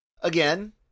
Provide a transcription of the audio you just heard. again